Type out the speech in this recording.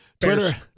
Twitter